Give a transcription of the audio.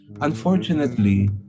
Unfortunately